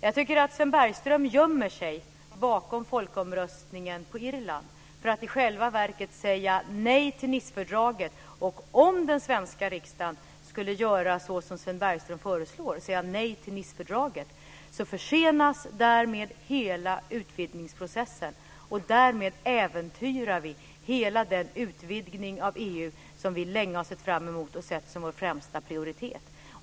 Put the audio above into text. Jag tycker att Sven Bergström gömmer sig bakom folkomröstningen på Irland för att i själva verket säga nej till Nicefördraget. Om den svenska riksdagen skulle göra så som Sven Bergström föreslår, säga nej till Nicefördraget, skulle hela utvidgningsprocessen försenas. Därmed skulle vi äventyra hela den utvidgning av EU som vi länge har sett fram emot och sett som vår främsta prioritet.